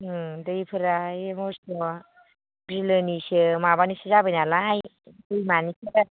उम दैफोराहायो मस्थ' बिलोनिसो माबानिसो जाबाय नालाय दैमानिसो